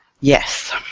Yes